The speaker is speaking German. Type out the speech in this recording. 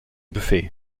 buffet